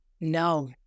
no